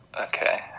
Okay